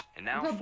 and now a